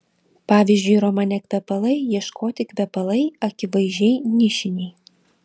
pavyzdžiui romane kvepalai ieškoti kvepalai akivaizdžiai nišiniai